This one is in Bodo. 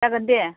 जागोन दे